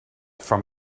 from